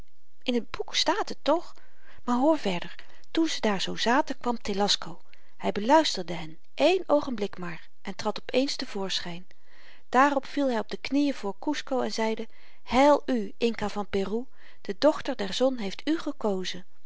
in t boek staat het toch maar hoor verder toen ze daar zoo zaten kwam telasco hy beluisterde hen één oogenblik maar en trad op eens te voorschyn daarop viel hy op de knieën voor kusco en zeide heil u inca van peru de dochter der zon heeft u gekozen